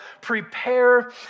prepare